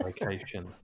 vacation